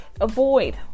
Avoid